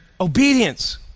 obedience